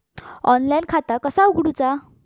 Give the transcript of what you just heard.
Online खाता कसा उगडूचा?